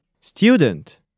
student